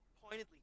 pointedly